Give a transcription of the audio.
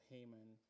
Haman